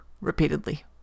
Repeatedly